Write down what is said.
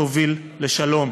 תוביל לשלום.